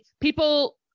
people